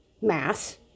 mass